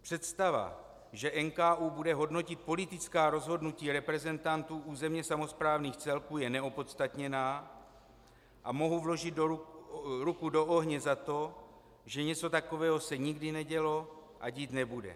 Představa, že NKÚ bude hodnotit politická rozhodnutí reprezentantů územně samosprávných celků, je neopodstatněná a mohu vložit ruku do ohně za to, že něco takového se nikdy nedělo a dít nebude.